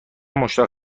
مشتاق